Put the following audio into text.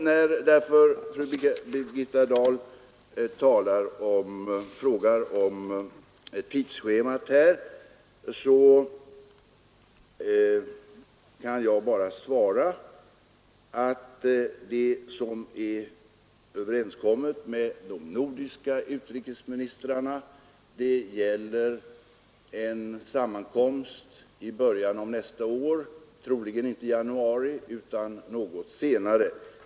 När fru Birgitta Dahl här frågar om tidsschemat kan jag bara svara att det som är överenskommet med de nordiska utrikesministrarna gäller en sammankomst i början av nästa år, troligen inte i januari utan något senare.